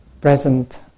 present